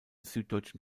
süddeutschen